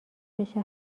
بشه